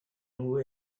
nhw